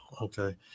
okay